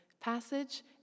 passage